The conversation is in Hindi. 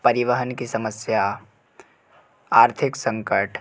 परिवहन की समस्या आर्थिक संकट